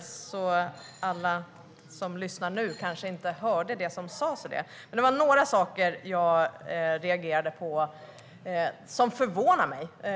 så alla som lyssnar nu hörde kanske inte det som sas då. Men det var några saker jag reagerade på och som förvånar mig.